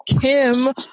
Kim